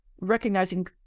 recognizing